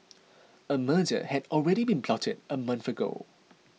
a murder had already been plotted a month ago